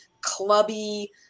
clubby